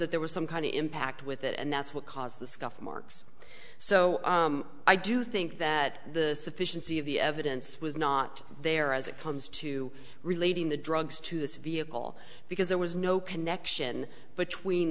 that there was some kind of impact with it and that's what caused the scuff marks so i do think that the sufficiency of the evidence was not there as it comes to relating the drugs to this vehicle because there was no connection between